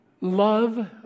love